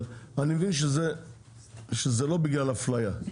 אבל אני מבין שזה לא בגלל אפליה,